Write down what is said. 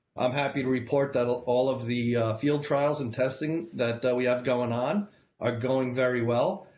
i'm happy to report that ah all of the field trials and testing that that we have going on are going very well.